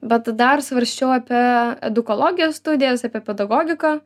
bet dar svarsčiau apie edukologijos studijas apie pedagogiką